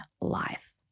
life